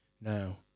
now